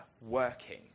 working